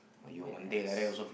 wait X